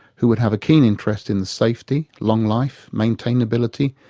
who would have a keen interest in the safety, long life, maintainability,